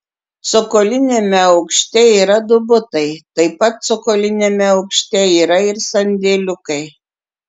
cokoliniame aukšte yra du butai taip pat cokoliniame aukšte yra ir sandėliukai